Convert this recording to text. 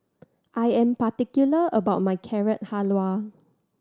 I am particular about my Carrot Halwa